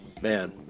man